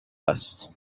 است